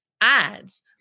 ads